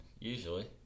usually